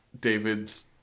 David's